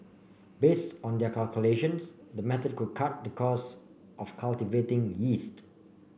based on their calculations the method could cut the cost of cultivating yeast